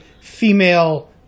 female